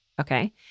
Okay